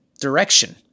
direction